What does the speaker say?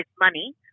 money